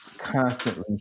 constantly